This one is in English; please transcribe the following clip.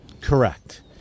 Correct